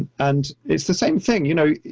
and it's the same thing, you know,